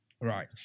Right